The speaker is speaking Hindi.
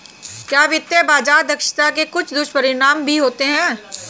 क्या वित्तीय बाजार दक्षता के कुछ दुष्परिणाम भी होते हैं?